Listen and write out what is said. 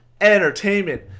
entertainment